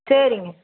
சரிங்க